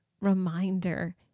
reminder